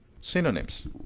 Synonyms